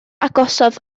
agosaf